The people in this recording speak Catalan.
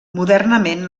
modernament